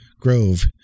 Grove